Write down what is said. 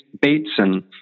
Bateson